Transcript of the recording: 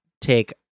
take